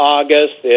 August